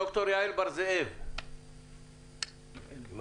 ד"ר יעל בר-זאב, בבקשה.